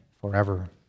forever